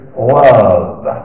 love